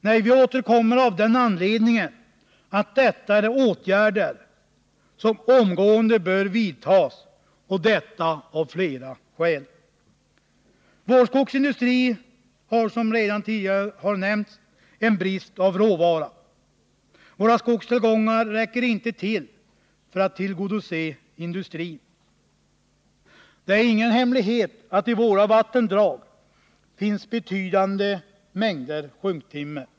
Nej, vi återkommer därför att det rör sig om åtgärder som omedelbart bör vidtas, och detta av flera skäl. Vår skogsindustri har, som nämnts, brist på råvara. Våra skogstillgångar räcker inte till för att tillgodose industrins behov. Det är ingen hemlighet att det i våra vattendrag finns betydande mängder sjunktimmer.